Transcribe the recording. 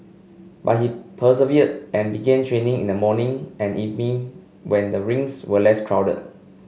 but he persevered and began training in the morning and evening when the rinks were less crowded